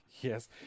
yes